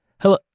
Hello